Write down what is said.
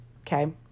okay